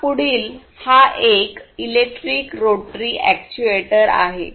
आता पुढील हा एक इलेक्ट्रिक रोटरी अॅक्ट्यूएटर आहे